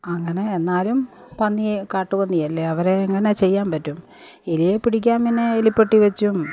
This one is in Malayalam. അങ്ങനെ എന്നാലും പന്നിയെ കാട്ടുപന്നിയല്ലേ അവരെ എങ്ങനെ ചെയ്യാൻപറ്റും എലിയെ പിടിക്കാൻ പിന്നെ എലിപ്പെട്ടി വെച്ചും